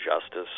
justice